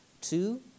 Two